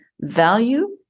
value